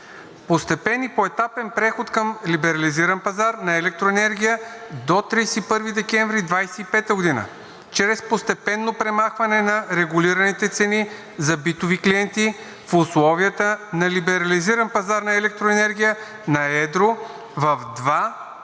„Постепенен и поетапен преход към либерализиран пазар на електроенергия до 31 декември 2025 г. чрез постепенно премахване на регулираните цени за битови клиенти в условията на либерализиран пазар на електроенергия на едро в два